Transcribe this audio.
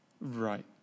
Right